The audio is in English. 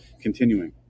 Continuing